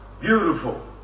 beautiful